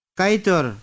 kaitor